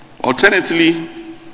Alternatively